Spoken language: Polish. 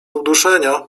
uduszenia